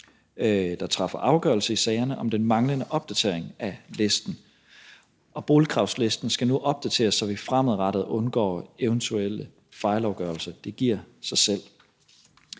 der træffer afgørelser i sagerne, om den manglende opdatering af listen. Boligkravslisten skal nu opdateres, så vi fremadrettet undgår eventuelle fejlafgørelser. Det giver sig selv.